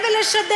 יש לך,